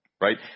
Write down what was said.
right